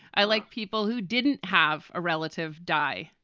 i like people who didn't have a relative die.